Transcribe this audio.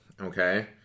okay